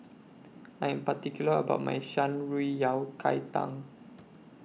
I Am particular about My Shan Rui Yao Cai Tang